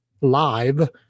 live